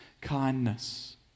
kindness